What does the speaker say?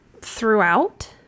throughout